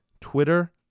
Twitter